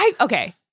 Okay